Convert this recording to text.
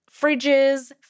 fridges